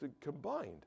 combined